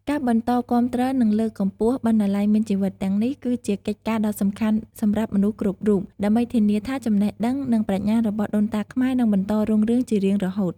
ការបន្តគាំទ្រ និងលើកកម្ពស់ "បណ្ណាល័យមានជីវិត" ទាំងនេះ គឺជាកិច្ចការដ៏សំខាន់សម្រាប់មនុស្សគ្រប់រូប ដើម្បីធានាថាចំណេះដឹង និងប្រាជ្ញារបស់ដូនតាខ្មែរនឹងបន្តរុងរឿងជារៀងរហូត។